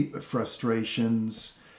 frustrations